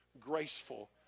graceful